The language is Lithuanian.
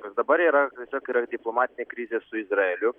kas dabar yra tiesiog yra diplomatinė krizė su izraeliu